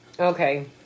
Okay